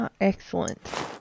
Excellent